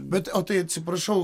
bet o tai atsiprašau